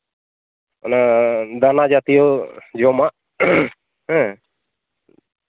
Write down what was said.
ᱚᱱᱟ ᱫᱟᱱᱟ ᱡᱟᱹᱛᱤᱭᱚ ᱡᱚᱢᱟᱜ ᱦᱮᱸ